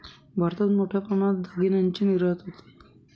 भारतातून मोठ्या प्रमाणात दागिन्यांची निर्यात होते